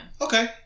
Okay